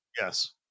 Yes